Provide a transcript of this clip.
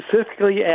specifically